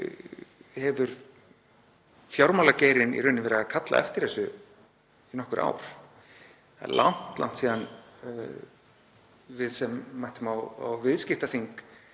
hefur fjármálageirinn í raun verið að kalla eftir þessu í nokkur ár. Það er langt síðan við sem mættum á viðskiptaþing